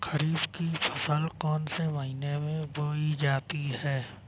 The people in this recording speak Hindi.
खरीफ की फसल कौन से महीने में बोई जाती है?